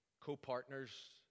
Co-partners